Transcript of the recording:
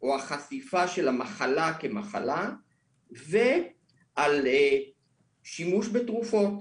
או החשיפה של המחלה כמחלה ועל שימוש בתרופות.